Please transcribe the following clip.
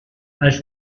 als